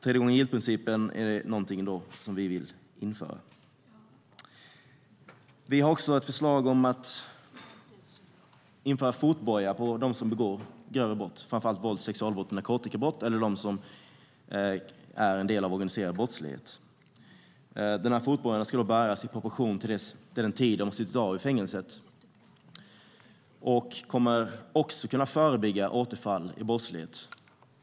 Tredje-gången-gillt-principen är alltså något vi vill införa. Vi har också ett förslag om att införa fotboja för dem som begår grövre brott, framför allt vålds-, sexual och narkotikabrott eller för dem som är en del av organiserad brottslighet. Fotbojan ska bäras i proportion till den tid de suttit av i fängelset och kommer också att kunna förebygga återfall i brottslighet.